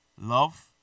love